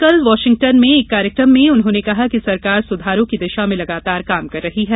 कल वाशिंगटन में एक कार्यक्रम में उन्होंने कहा कि सरकार सुधारों की दिशा में लगातार काम कर रही है